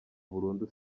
burundu